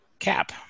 Cap